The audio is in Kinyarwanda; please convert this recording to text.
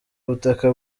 butaka